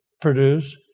produce